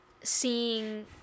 seeing